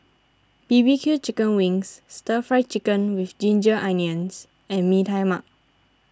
B B Q Chicken Wings Stir Fry Chicken with Ginger Onions and Mee Tai Mak